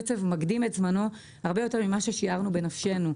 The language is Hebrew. הקצב מקדים את זמנו הרבה יותר ממה ששיערנו בנפשנו.